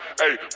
Hey